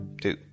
two